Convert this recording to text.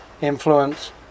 influence